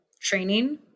training